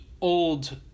old